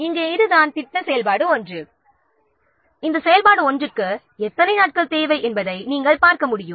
இங்கே இதுதான் ப்ராஜெக்ட் செயல்பாடு 1 இந்த செயல்பாடு 1 க்கு எத்தனை நாட்கள் தேவை என்பதை நாம் பார்க்க முடியும்